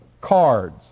cards